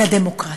על הדמוקרטיה.